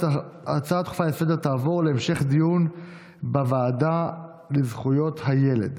ההצעה הדחופה לסדר-היום תעבור להמשך דיון בוועדה לזכויות הילד.